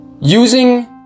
Using